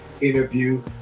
interview